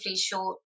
short